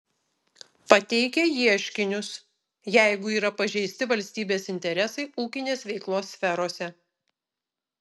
pateikia ieškinius jeigu yra pažeisti valstybės interesai ūkinės veiklos sferose